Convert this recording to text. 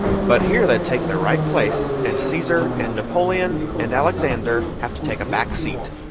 but here they take their right place, and caesar and napoleon and alexander have to take a back seat.